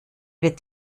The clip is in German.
wird